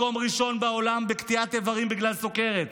ומקום ראשון בעולם בקטיעת איברים בגלל סוכרת,